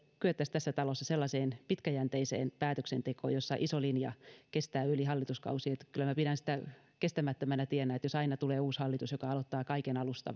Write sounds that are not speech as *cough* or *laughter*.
kyettäisiin tässä talossa sellaiseen pitkäjänteiseen päätöksentekoon jossa iso linja kestää yli hallituskausien kyllä minä pidän kestämättömänä tienä sitä jos aina tulee uusi hallitus joka aloittaa kaiken alusta *unintelligible*